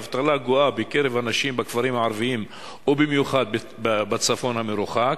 האבטלה הגואה בקרב הנשים בכפרים הערביים ובמיוחד בצפון המרוחק.